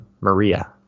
Maria